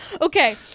Okay